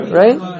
right